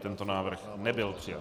Tento návrh nebyl přijat.